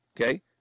okay